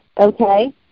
okay